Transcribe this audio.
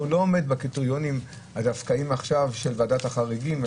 והם לא עומדים בקריטריונים עכשיו של ועדת החריגים,